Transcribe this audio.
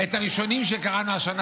הראשונים שקראנו להם השנה,